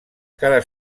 cara